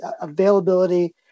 availability